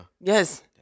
Yes